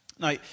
Now